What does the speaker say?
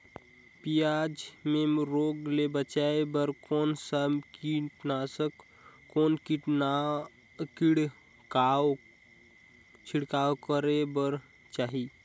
पियाज मे रोग ले बचाय बार कौन सा कीटनाशक कौन छिड़काव करे बर चाही?